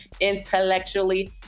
intellectually